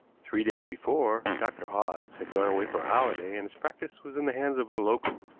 three days before dr. hawes had gone away for a holiday, and his practice was in the hands of a locum,